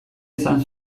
izan